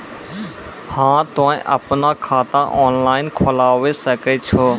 हाँ तोय आपनो खाता ऑनलाइन खोलावे सकै छौ?